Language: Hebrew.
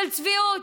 של צביעות.